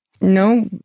No